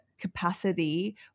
capacity